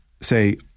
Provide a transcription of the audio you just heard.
say